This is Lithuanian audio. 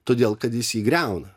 todėl kad jis jį griauna